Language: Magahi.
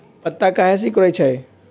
पत्ता काहे सिकुड़े छई?